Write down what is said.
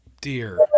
dear